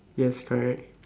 yes correct